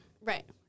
Right